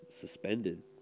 suspended